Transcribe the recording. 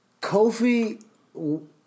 Kofi